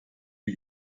wie